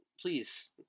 Please